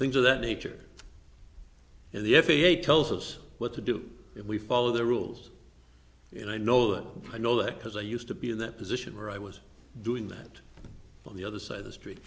things of that nature and the f a a tells us what to do if we follow the rules and i know that i know that because i used to be in that position where i was doing that on the other side of the street